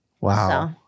Wow